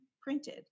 printed